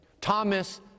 Thomas